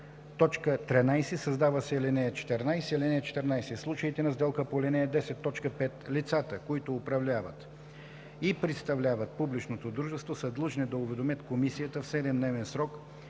майка”. 13. Създава се ал. 14: „(14) В случаите на сделка по ал. 10, т. 5, лицата, които управляват и представляват публичното дружество, са длъжни да уведомят комисията в 7-дневен срок